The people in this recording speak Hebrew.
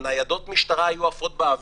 ניידות משטרה היו עפות באוויר.